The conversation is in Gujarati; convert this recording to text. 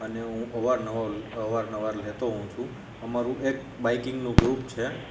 અને હું અવાર નવાર અવાર નવાર લેતો હોઉં છું અમારું એક બાઇકિંગનું ગ્રુપ છે